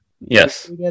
yes